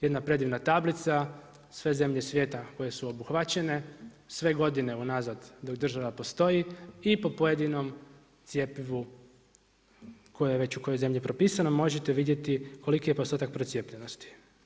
Jedna predivna tablica, sve zemlje svijeta koje su obuhvaćene, sve godine unazad dok država postoji i po pojedinom cjepivu koje je već u kojoj zemlji propisano, možete vidjeti koliko je postotak procijepljenosti.